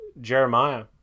Jeremiah